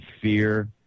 fear